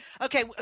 okay